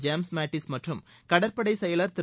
James Mattis மற்றும் கடற்படைச் செயலர் திரு